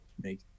make